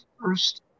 first